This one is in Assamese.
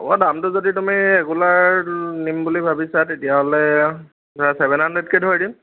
হ'ব দামটো যদি তুমি ৰেগুলাৰ নিম বুলি ভাবিছা তেতিয়া হ'লে ধৰা চেভেন হাণ্ডড্ৰেডকে ধৰি দিম